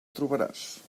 trobaràs